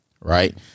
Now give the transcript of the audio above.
right